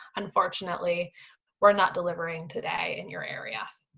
unfortunately we're not delivering today in your area.